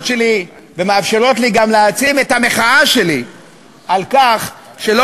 שלי ומאפשרות לי גם להעצים את המחאה שלי על כך שלא